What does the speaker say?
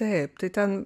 taip tai ten